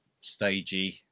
stagey